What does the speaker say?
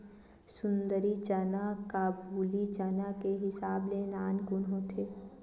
सुंदरी चना काबुली चना के हिसाब ले नानकुन होथे